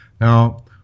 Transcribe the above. Now